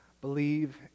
believe